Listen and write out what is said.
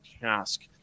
task